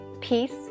peace